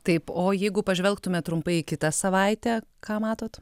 taip o jeigu pažvelgtume trumpai į kitą savaitę ką matot